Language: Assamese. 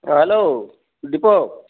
অঁ হেল্ল' দীপক